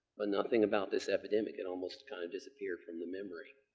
but nothing about this epidemic. it almost kind of disappeared from the memory.